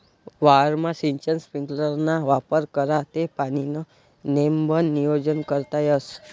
वावरमा सिंचन स्प्रिंकलरना वापर करा ते पाणीनं नेमबन नियोजन करता येस